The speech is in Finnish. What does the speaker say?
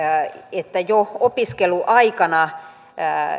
että jo opiskeluaikana